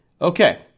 Okay